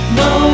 no